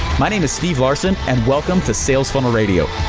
my name is steve larsen and welcome to sales funnel radio.